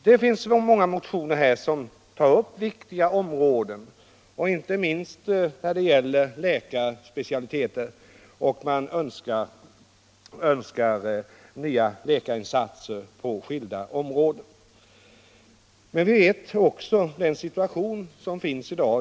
Här finns det motioner som tar upp många viktiga områden, inte minst när det gäller läkarspecialiteter, och i motionerna önskar man också att nya läkarinsatser görs på skilda områden. Men vi känner till hur situationen är i dag.